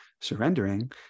surrendering